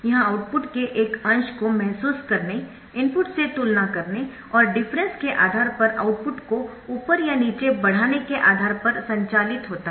यह आउटपुट के एक अंश को महसूस करने इनपुट से तुलना करने और डिफरेंस के आधार पर आउटपुट को ऊपर या नीचे बढ़ाने के आधार पर संचालित होता है